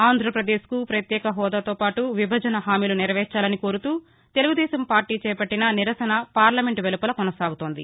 ఆంధ్రప్రదేశ్కు ప్రత్యేక హాదాతోపాటు విభజన హామీలు నెరవేర్చాలని కోరుతూ తెలుగుదేశం పార్టీ చేపట్టిన నిరసన పార్లమెంట్ వెలుపల కొనసాగుతోంది